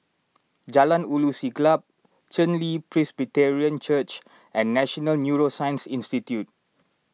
Jalan Ulu Siglap Chen Li Presbyterian Church and National Neuroscience Institute